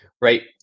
right